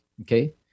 okay